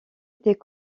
était